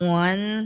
one